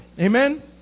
Amen